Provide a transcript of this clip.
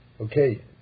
Okay